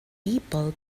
people